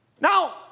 Now